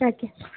ଆଜ୍ଞା